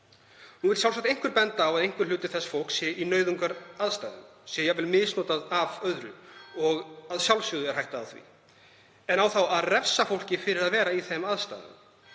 Nú vill sjálfsagt einhver benda á að einhver hluti þess fólks sé í nauðungaraðstæðum, sé jafnvel misnotað og að sjálfsögðu er hætta á því. En á þá að refsa fólki fyrir að vera í þeim aðstæðum?